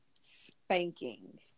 spanking